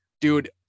Dude